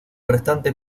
restante